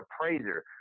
appraiser